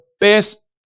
best